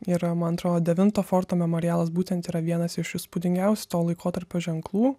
yra man atrodo devinto forto memorialas būtent yra vienas iš įspūdingiausių to laikotarpio ženklų